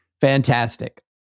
Fantastic